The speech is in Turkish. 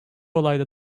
olayda